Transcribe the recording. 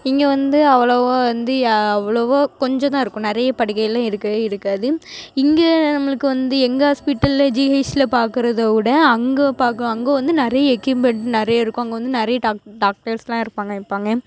இங்கே வந்து அவ்வளவா வந்து அவ்வளவா கொஞ்சம் தான் இருக்கும் நிறைய படுக்கைகள்லாம் இருக்கவே இருக்காது இங்கே நம்மளுக்கு வந்து எங்கள் ஹாஸ்பிடலில் ஜிஎச்ல பார்க்குறதவுட அங்கே பார்க்க அங்கே வந்து நிறைய எக்யூப்மெண்ட் நிறைய இருக்கும் அங்கே வந்து நிறைய டாக் டாக்டர்ஸ்லாம் இருப்பாங்க இருப்பாங்க